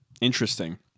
Interesting